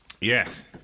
yes